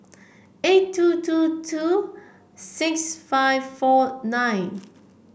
eight two two two six five four nine